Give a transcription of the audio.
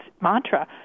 mantra